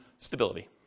Stability